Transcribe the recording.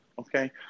okay